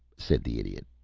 said the idiot.